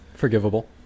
forgivable